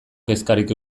kezkarik